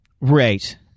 Right